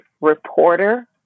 reporter